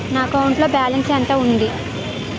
నా అకౌంట్ లో బాలన్స్ ఎంత ఉంది?